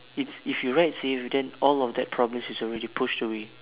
it's if you ride safe then all of that problems is already pushed away